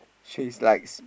she's like